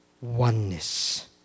oneness